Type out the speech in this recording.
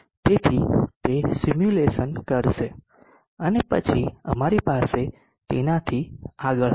તેથી તે સિમ્યુલેશન કરશે અને પછી અમારી પાસે તેનાથી આગળ હશે